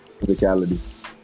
physicality